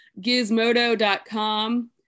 Gizmodo.com